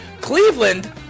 Cleveland